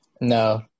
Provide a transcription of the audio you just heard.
No